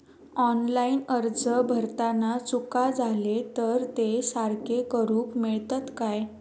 Online अर्ज भरताना चुका जाले तर ते सारके करुक मेळतत काय?